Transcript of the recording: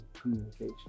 communication